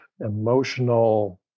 emotional